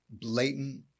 blatant